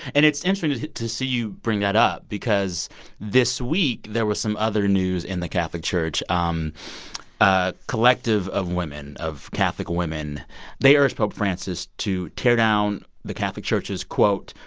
and it's interesting to see you bring that up because this week, there were some other news in the catholic church. um a collective of women of catholic women they urged pope francis to tear down the catholic church's, quote,